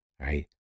right